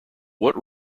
what